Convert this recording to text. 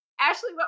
Ashley